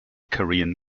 korean